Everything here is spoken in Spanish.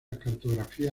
cartografía